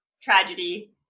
tragedy